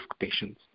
patients